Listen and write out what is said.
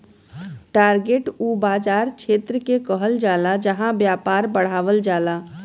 target उ बाज़ार क्षेत्र के कहल जाला जहां व्यापार बढ़ावल जाला